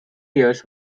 years